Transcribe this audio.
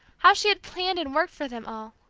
how she had planned and worked for them all